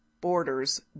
borders